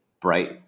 bright